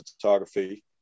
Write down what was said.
photography